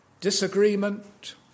disagreement